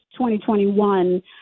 2021